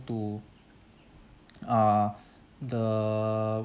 to uh the